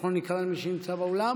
אנחנו נקרא למי שנמצא באולם,